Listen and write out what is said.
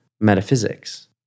metaphysics